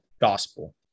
gospel